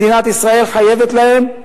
מדינת ישראל חייבת להם,